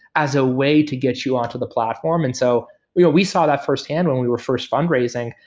as a way to get you onto the platform. and so we we saw that firsthand when we were first fundraising,